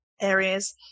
areas